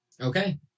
okay